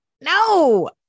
no